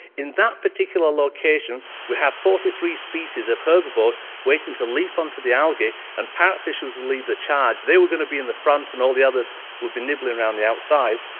in that particular location we have forty three species of herbivores waiting to leap onto the algae and parrot fish were to lead the charge they were going to be in the front and all the other would be nibbling around the outside.